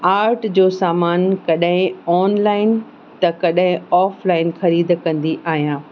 art जो सामान कॾहिं ऑनलाइन त कॾहिं ऑफलाइन ख़रीद कंदी आहियां